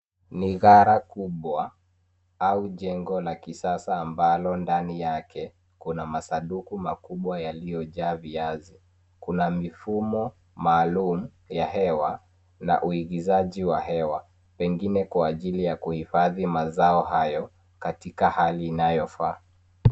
Ni ghala kubwa au jengo la kisasa ambalo ndani yake kuna masanduku makubwa yaliyojaa viazi. Kuna mifumo maalumu ya hewa, na uigizaji wa hewa, pengine kwa ajili ya kuhifadhi mazao hayo, katika hali inayofaa.